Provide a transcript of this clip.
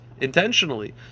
intentionally